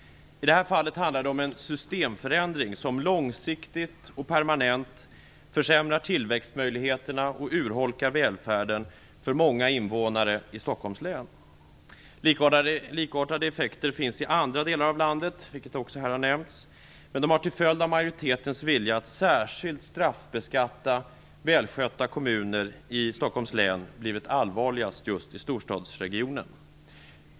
I det här fallet handlar det om en systemförändring som långsiktigt och permanent försämrar tillväxtmöjligheterna och urholkar välfärden för många invånare i Stockholms län. Likartade effekter finns, som nämnts, i andra delar av landet. Men de har, till följd av majoritetens beslut att särskilt straffbeskatta välskötta kommuner i Stockholms län, blivit allvarligast just där.